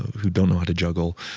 who don't know how to juggle.